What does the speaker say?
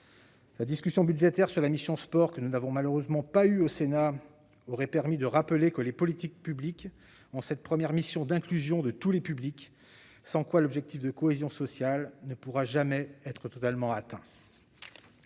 La discussion budgétaire sur la mission « Sport, jeunesse et vie associative » que nous n'avons malheureusement pas eue au Sénat aurait permis de rappeler que les politiques publiques ont cette première mission d'inclusion de tous les publics, sans quoi l'objectif de cohésion sociale ne pourra jamais être totalement atteint.